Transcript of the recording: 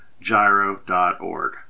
gyro.org